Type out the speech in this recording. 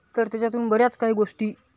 तर त्याच्यातून बऱ्याच काही गोष्टी